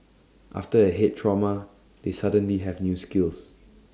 after A Head trauma they suddenly have new skills